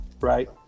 Right